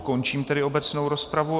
Končím tedy obecnou rozpravu.